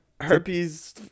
herpes